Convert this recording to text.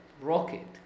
rocket